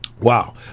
Wow